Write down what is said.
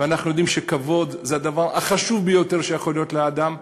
ואנחנו יודעים שכבוד זה הדבר החשוב ביותר שיכול להיות לאדם,